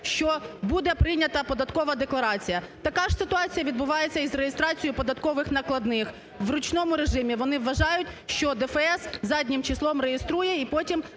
що буде прийнята податкова декларація. Така ж ситуація відбувається із реєстрацією податкових накладних, в ручному режимі. Вони вважають, що ДФС заднім числом реєструє і потім